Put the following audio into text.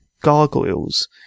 gargoyles